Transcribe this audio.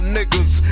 niggas